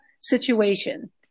situation